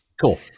Cool